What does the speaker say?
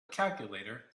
calculator